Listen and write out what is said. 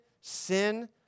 sin